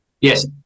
Yes